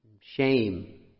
shame